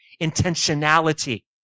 Intentionality